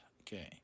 Okay